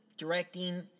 directing